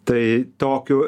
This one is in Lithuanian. tai tokių